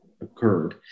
occurred